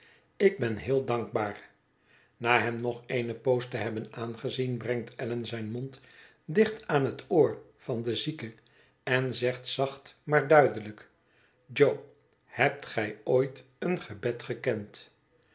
ik ben heel dankbaar na hem nog eene poos te hebben aangezien brengt allan zijn mond dicht aan het oor van den zieke en zegt zacht maar duidelijk jo hebt gij ooit een gebed gekend